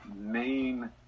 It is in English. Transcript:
main